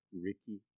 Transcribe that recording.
Ricky